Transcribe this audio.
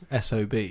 SOB